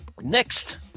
Next